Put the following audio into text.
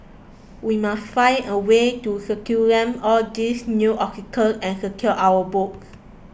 we must find a way to circumvent all these new obstacles and secure our votes